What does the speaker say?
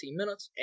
minutes